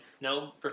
no